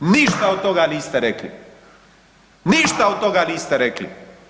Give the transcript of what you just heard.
Ništa od toga niste rekli, ništa od toga niste rekli.